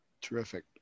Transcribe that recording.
Terrific